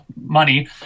money